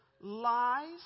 lies